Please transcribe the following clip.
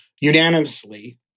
unanimously